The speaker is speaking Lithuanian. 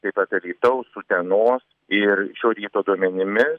taip pat alytaus utenos ir šio ryto duomenimis